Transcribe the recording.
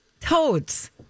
Toads